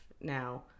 now